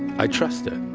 i trust it